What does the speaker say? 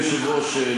אדוני היושב-ראש,